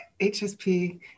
HSP